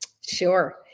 Sure